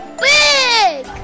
big